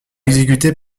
exécuté